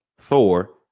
thor